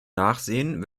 nachsehen